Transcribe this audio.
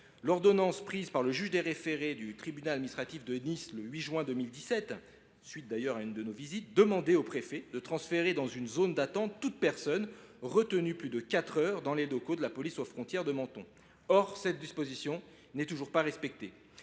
L’ordonnance prise par le juge des référés du tribunal administratif de Nice le 8 juin 2017, à la suite de l’une de nos visites, demandait au préfet de transférer dans une zone d’attente toute personne retenue plus de quatre heures dans les locaux de la police aux frontières de Menton. Or cette disposition n’est toujours pas respectée.